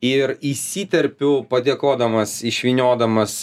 ir įsiterpiau padėkodamas išvyniodamas